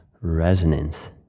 resonance